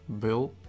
bill